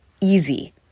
easy